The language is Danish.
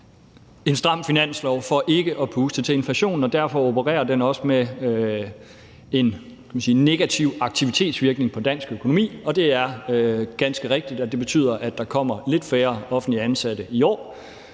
en stram finanslov for ikke at puste til inflationen, og derfor opererer den også med en, kan man sige, negativ aktivitetsvirkning på dansk økonomi. Og det er ganske rigtigt, at det betyder, at der kommer lidt færre offentligt ansatte i år.